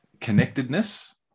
connectedness